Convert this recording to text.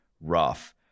rough